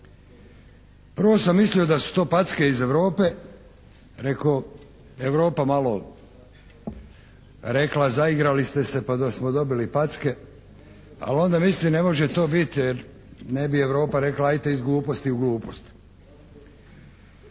Prvo sam mislio da su to packe iz Europe, rekoh Europa malo rekla zaigrali ste se pa da smo dobili packe, ali onda mislim ne može to biti jer ne bi Europa rekla ajte iz gluposti u glupost.